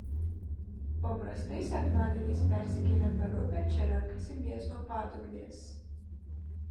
paprastai sekmadieniais persikėlę per upę čia renkasi miesto padugnės